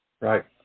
right